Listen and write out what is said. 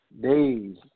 Days